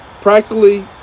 practically